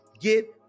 get